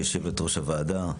יושבת-ראש הוועדה,